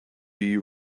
you